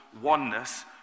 oneness